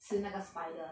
吃那个 spider